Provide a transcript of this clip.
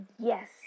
Yes